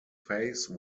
face